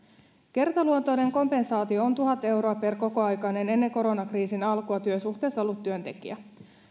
kertaluontoinen kompensaatio on tuhat euroa per kokoaikainen ennen koronakriisin alkua työsuhteessa ollut työntekijä